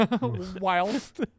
Whilst